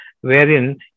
wherein